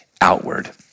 outward